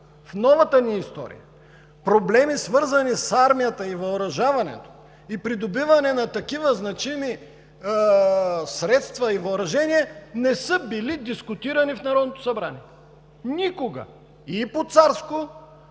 в новата ни история, проблеми, свързани с армията, въоръжаването и придобиването на такива значими средства и въоръжения, не са били дискутирани в Народното събрание. Никога! И по царско,